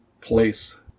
place